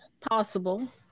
possible